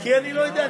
כי אני לא יודע.